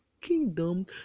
kingdom